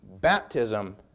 Baptism